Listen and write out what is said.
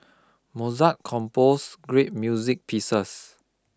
Mozart compose great music pieces